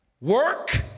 Work